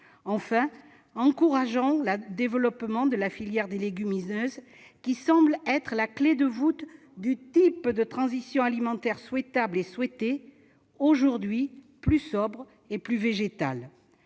voulons encourager le développement de la filière des légumineuses, qui semble être la clé de voûte du type de transition alimentaire souhaitable et souhaitée aujourd'hui, plus sobre et plus végétale.